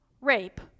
rape